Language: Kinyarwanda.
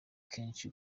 kenshi